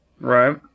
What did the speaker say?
right